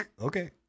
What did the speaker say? Okay